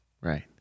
right